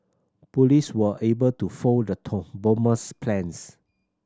police were able to foil the bomber's plans